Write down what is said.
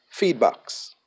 feedbacks